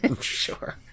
Sure